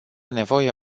nevoie